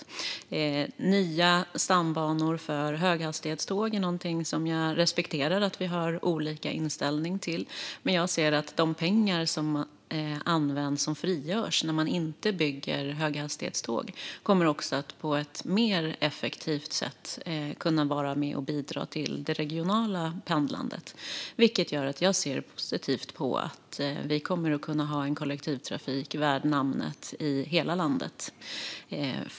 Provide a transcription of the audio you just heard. När det gäller nya stambanor för höghastighetstågen respekterar jag att vi har olika inställning, men jag ser att de pengar som frigörs när man inte bygger höghastighetståg kommer att kunna bidra på ett mer effektivt sätt till det regionala pendlandet. Detta gör att jag ser positivt på att vi kommer att kunna ha en kollektivtrafik värd namnet i hela landet.